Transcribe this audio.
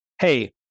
hey